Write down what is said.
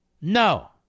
No